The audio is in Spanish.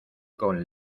con